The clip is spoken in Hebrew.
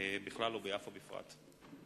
בכלל וביפו בפרט?